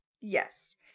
Yes